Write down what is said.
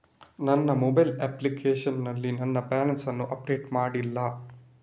ನನ್ನ mobile application ನಲ್ಲಿ ನನ್ನ ಬ್ಯಾಲೆನ್ಸ್ ಅನ್ನು ಅಪ್ಡೇಟ್ ಮಾಡ್ಲಿಲ್ಲ